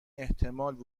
احتمال